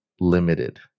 Limited